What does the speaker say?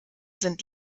sind